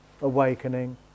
awakening